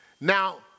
now